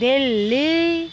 Delhi